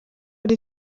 ari